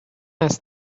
است